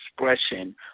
expression